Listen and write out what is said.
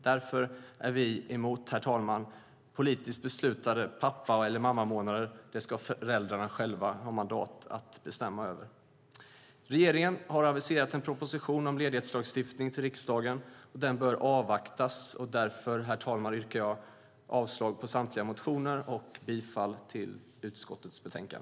Därför är vi emot politiskt beslutade pappa eller mammamånader. Detta ska föräldrarna själva ha mandat att bestämma över. Regeringen har aviserat en proposition om ledighetslagstiftning till riksdagen, och den bör avvaktas. Därför yrkar jag avslag på samtliga motioner och bifall till utskottets förslag.